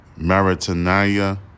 Maritania